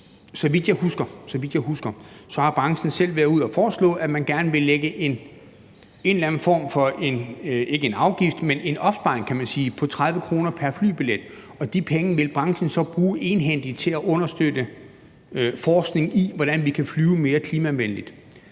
Så vidt jeg husker, har branchen selv været ude at foreslå, at man gerne vil lægge en eller anden form for opsparing på 30 kr. pr. flybillet, og de penge vil branchen så bruge egenhændigt til at understøtte forskning i, hvordan vi kan flyve mere klimavenligt.